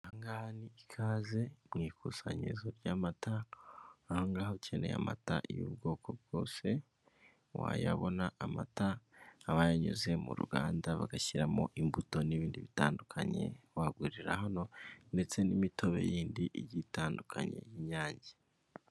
Aha ngaha ni Ikaze, mu ikusanyirizo ry'amata, aha ngaha ukeneye amata y'ubwoko bwose wayabona, amata aba yanyuze mu ruganda bagashyiramo imbuto n'ibindi bitandukanye, wagurira hano ndetse n'imitobe yindi igiye itandukanye y'Inyange.